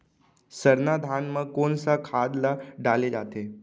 सरना धान म कोन सा खाद ला डाले जाथे?